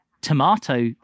tomato